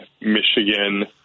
Michigan